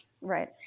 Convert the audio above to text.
right